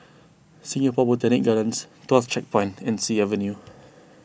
Singapore Botanic Gardens Tuas Checkpoint and Sea Avenue